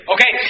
Okay